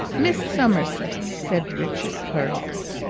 miss summerson, said richard hurriedly,